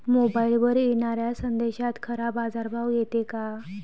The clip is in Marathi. मोबाईलवर येनाऱ्या संदेशात खरा बाजारभाव येते का?